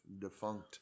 defunct